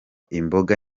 imboga